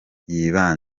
itera